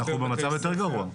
אנחנו במצב יותר גרוע.